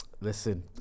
Listen